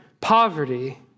poverty